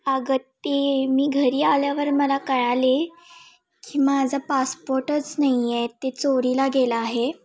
आगं ते मी घरी आल्यावर मला कळाले की माझा पासपोटच नाही आहे ते चोरीला गेला आहे